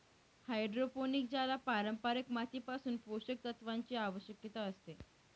hydroponic ज्याला पारंपारिक मातीपासून पोषक तत्वांची आवश्यकता असते